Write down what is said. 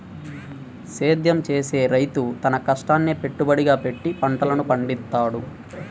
సేద్యం చేసే రైతు తన కష్టాన్నే పెట్టుబడిగా పెట్టి పంటలను పండిత్తాడు